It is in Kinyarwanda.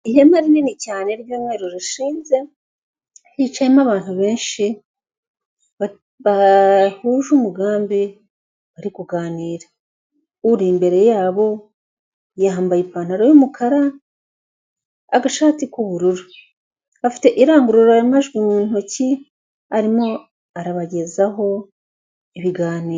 Ihema rinini cyane ry'umweru rishinze, hicayemo abantu benshi bahuje umugambi, bari kuganira. Uri imbere yabo yambaye ipantaro y'umukara, agashati k'ubururu, afite irangururamajwi mu ntoki, arimo arabagezaho ibiganiro.